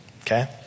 Okay